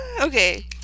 Okay